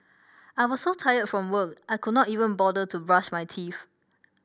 I was so tired from work I could not even bother to brush my teeth